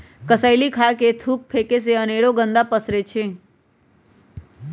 कसेलि खा कऽ थूक फेके से अनेरो गंदा पसरै छै